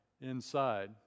inside